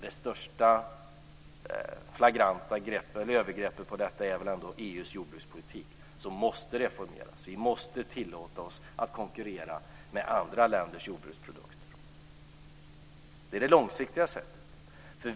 Det största flagranta övergreppet är väl ändå EU:s jordbrukspolitik som måste reformeras. Vi måste tillåta oss att konkurrera med andra länders jordbruksprodukter. Det är det långsiktiga sättet.